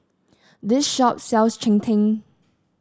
this shop sells Cheng Tng